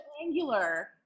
angular